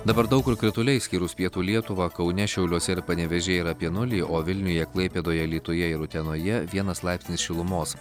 dabar daug kur krituliai išskyrus pietų lietuvą kaune šiauliuose ir panevėžyje yra apie nulį o vilniuje klaipėdoje alytuje ir utenoje vienas laipsnis šilumos